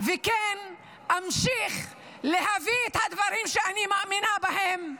וכן, אמשיך להביא את הדברים שאני מאמינה בהם,